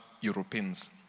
Europeans